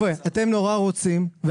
נורא רוצים,